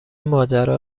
ماجرا